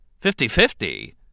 Fifty-fifty